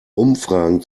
umfragen